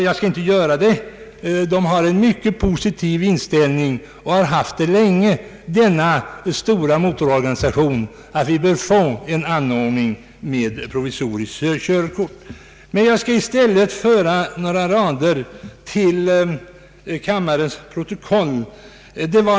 Jag skall inte göra det, men denna stora motororganisation har länge haft en mycket positiv inställning till att vi bör få en anordning med provisoriskt körkort. Jag skall i stället anföra några andra rader till kammarens protokoll.